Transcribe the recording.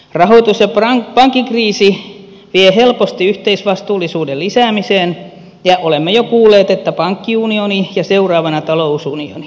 rahoitus ja pankkikriisi vie helposti yhteisvastuullisuuden lisäämiseen ja olemme jo kuulleet että tulisi pankkiunioni ja seuraavana talousunioni